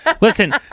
Listen